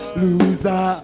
loser